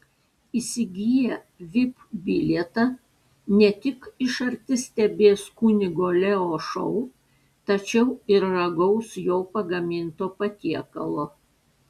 įsigiję vip bilietą ne tik iš arti stebės kunigo leo šou tačiau ir ragaus jo pagaminto patiekalo